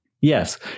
Yes